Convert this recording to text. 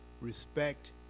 respect